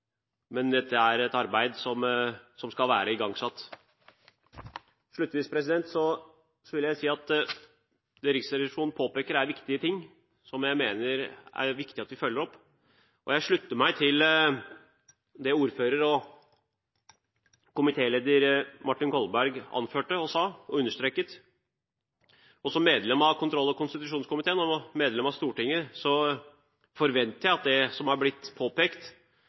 men dette er et arbeid som skal være igangsatt. Til slutt vil jeg si at det Riksrevisjonen påpeker, er viktige ting, som jeg mener er viktig at vi følger opp. Jeg slutter meg til det komitélederen, Martin Kolberg, anførte og understreket. Som medlem av kontroll- og konstitusjonskomiteen og som medlem av Stortinget forventer jeg at det som har blitt påpekt,